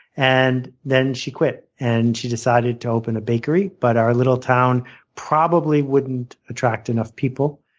and then she quit. and she decided to open a bakery, but our little town probably wouldn't attract enough people.